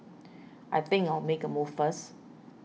I think I'll make a move first